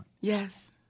Yes